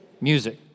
music